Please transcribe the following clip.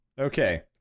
Okay